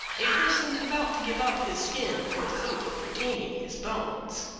a person about to give up his skin for the hope of retaining his bones.